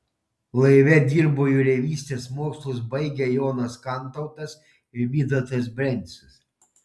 laive dirbo jūreivystės mokslus baigę jonas kantautas ir vytautas brencius